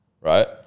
right